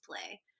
Play